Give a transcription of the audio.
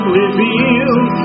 revealed